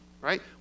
right